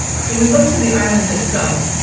so we looked to the island itself.